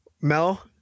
Mel